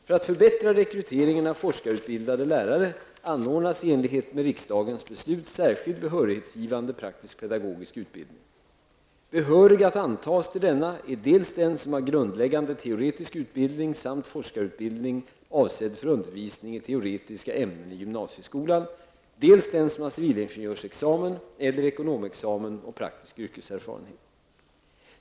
För att förbättra rekryteringen av forskarutbildade lärare anordnas i enlighet med riksdagens beslut särskild behörighetsgivande praktisk-pedagogisk utbildning. Behörig att antas till denna är dels den som har grundläggande teoretisk utbildning samt forskarutbildning avsedd för undervisning i teoretiska ämnen i gymnasieskolan, dels den som har civilingenjörsexamen eller ekonomexamen och praktisk yrkeserfarenhet.